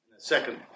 Second